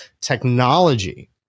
technology